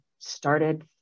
Started